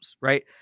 Right